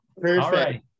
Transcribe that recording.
Perfect